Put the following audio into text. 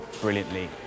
brilliantly